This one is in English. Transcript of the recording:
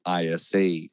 ISA